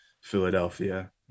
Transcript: Philadelphia